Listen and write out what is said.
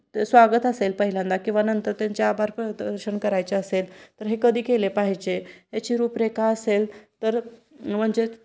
ते स्वागत असेल पहिल्यांदा किंवा नंतर त्यांचे आभार प्रदर्शन करायचे असेल तर हे कधी केले पाहिजे याची रूपरेखा असेल तर म्हणजेच